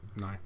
No